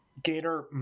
Gator